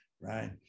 right